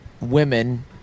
women